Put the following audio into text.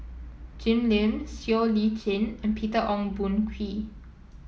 Jim Lim Siow Lee Chin and Peter Ong Boon Kwee